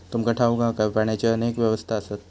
तुमका ठाऊक हा काय, पाण्याची अनेक अवस्था आसत?